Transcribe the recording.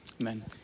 Amen